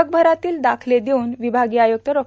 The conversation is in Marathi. जगभरातील दाखले देवून र्विभागीय आयुक्त डॉ